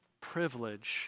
privilege